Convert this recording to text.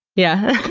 yeah,